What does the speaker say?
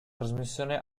trasmissione